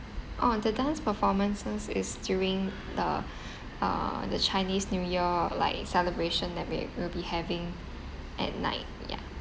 orh the dance performances is during the uh the chinese new year like celebration that we'll we'll be having at night ya